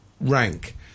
rank